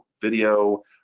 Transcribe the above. video